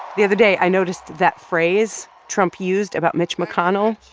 the other day, i noticed that phrase trump used about mitch mcconnell,